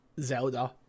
Zelda